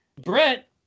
brett